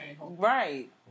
Right